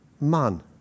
man